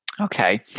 Okay